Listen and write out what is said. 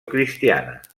cristiana